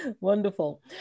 Wonderful